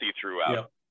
throughout